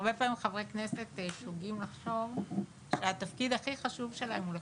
הרבה פעמים חברי כנסת שוגים לחשוב שהתפקיד הכי חשוב שלהם הוא לחוקק,